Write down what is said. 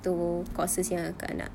itu courses yang akak nak